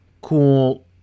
cool